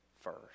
first